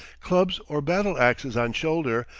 clubs or battle-axes on shoulder,